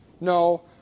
No